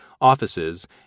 offices